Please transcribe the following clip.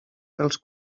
dels